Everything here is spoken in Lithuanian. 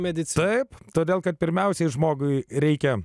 medicina taip todėl kad pirmiausiai žmogui reikia